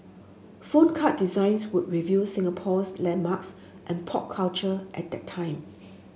phone card designs would reveal Singapore's landmarks and pop culture at that time